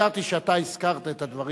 הזכרתי שאתה הזכרת את הדברים.